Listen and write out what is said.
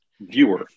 viewer